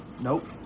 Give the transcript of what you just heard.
nope